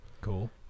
cool